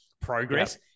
progress